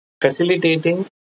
facilitating